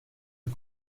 est